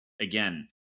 again